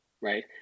right